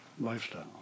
lifestyle